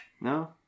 No